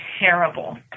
terrible